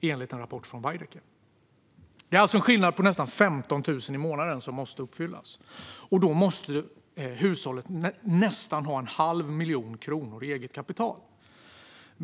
enligt en rapport från Veidekke. Det är alltså en skillnad på nästan 15 000 i månaden som måste uppfyllas, och då måste hushållet ha nästan en halv miljon kronor i eget kapital.